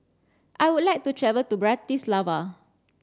I would like to travel to Bratislava